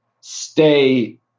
stay